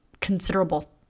considerable